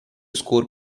score